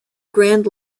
grand